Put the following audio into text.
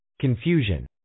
confusion